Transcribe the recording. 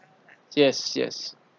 yes yes